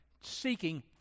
seeking